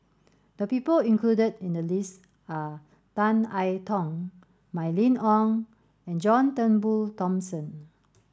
the people included in the list are Tan I Tong Mylene Ong and John Turnbull Thomson